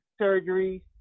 surgery